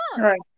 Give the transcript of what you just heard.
Right